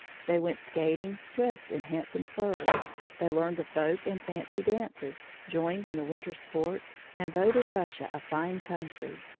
they went skating, dressed in handsome furs they learned the folk and fancy dances, joined in the winter sports, and voted russia a fine country.